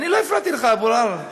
אני לא הפרעתי לך, אבו עראר.